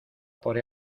por